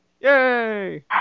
Yay